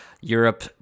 europe